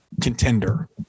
contender